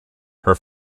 her